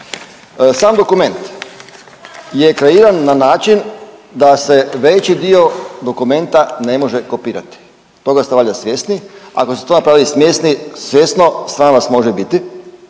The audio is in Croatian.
Sam dokument je kreiran na način da se veći dio dokumenta ne može kopirati, toga ste valjda svjesni, ako ste to napravili svjesno sram vas može biti